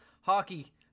hockey